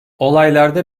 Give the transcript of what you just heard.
olaylarda